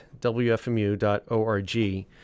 wfmu.org